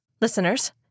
Listeners